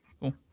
Cool